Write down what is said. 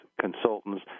consultants